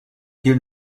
qu’il